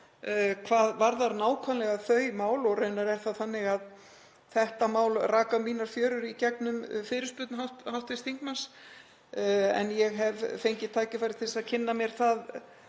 hvað varðar nákvæmlega þau mál og raunar er það þannig að þetta mál rak á mínar fjörur í gegnum fyrirspurn hv. þingmanns. En ég hef fengið tækifæri til að kynna mér það